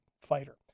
fighter